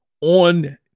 on